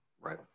Right